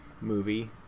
movie